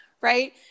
right